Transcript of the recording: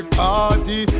party